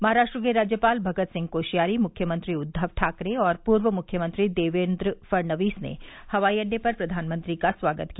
महाराष्ट्र के राज्यपाल भगत सिंह कोश्यारी मृख्यमंत्री उद्वव ठाकरे और पूर्व मृख्यमंत्री देवेंद्र फडणवीस ने हवाई अड़डे पर प्रधानमंत्री का स्वागत किया